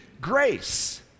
grace